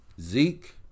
Zeke